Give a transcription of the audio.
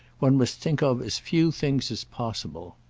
one must think of as few things as possible.